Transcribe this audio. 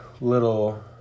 little